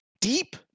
deep